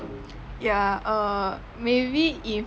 ya err maybe if